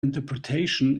interpretation